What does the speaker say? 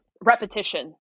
repetition